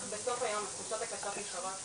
אך בסוף היום התחושות הקשות נשארות,